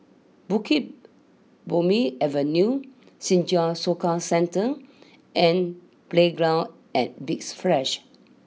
Bukit Purmei Avenue Senja Soka Centre and Playground at Big Splash